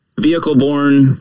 vehicle-borne